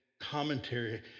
commentary